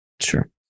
sure